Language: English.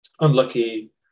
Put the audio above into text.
unlucky